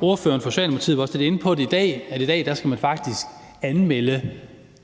Ordføreren for Socialdemokratiet var også lidt inde på, at i dag skal man faktisk anmelde